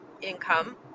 income